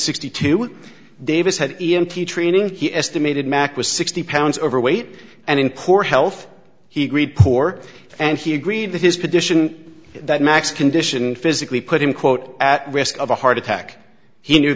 sixty two davis had e m t training he estimated mack was sixty pounds overweight and in poor health he agreed poor and he agreed that his condition that max condition physically put him quote at risk of a heart attack he knew